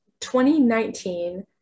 2019